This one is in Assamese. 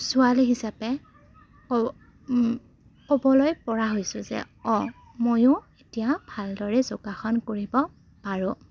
ছোৱালী হিচাপে ক'বলৈ পৰা হৈছোঁ যে অঁ ময়ো এতিয়া ভালদৰে যোগাসন কৰিব পাৰোঁ